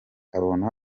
abona